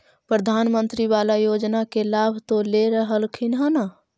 प्रधानमंत्री बाला योजना के लाभ तो ले रहल्खिन ह न?